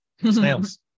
Snails